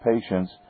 patients